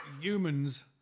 humans